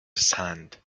sand